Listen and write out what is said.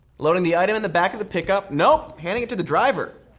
loading the item in the back of the pickup, nope, handing it to the driver,